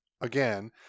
again